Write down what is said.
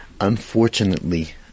Unfortunately